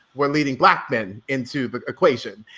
we're leading black men into the equation.